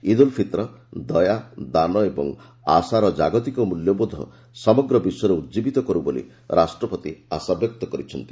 ଇଦ୍ ଉଲ୍ ଫିତର୍ ଦୟା ଦାନ ଏବଂ ଆଶାର ଜାଗତିକ ମଲ୍ୟବୋଧ ସମଗ୍ର ବିଶ୍ୱରେ ଉଜୀବୀତ କରୁ ବୋଲି ରାଷ୍ଟ୍ରପତି ଆଶାବ୍ୟକ୍ତ କରିଛନ୍ତି